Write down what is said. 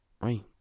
right